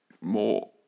more